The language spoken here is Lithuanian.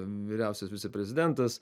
vyriausias viceprezidentas